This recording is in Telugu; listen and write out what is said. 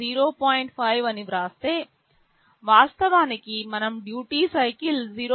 5 అని వ్రాస్తే వాస్తవానికి మనం డ్యూటీ సైకిల్ 0